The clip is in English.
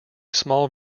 small